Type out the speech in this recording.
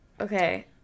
okay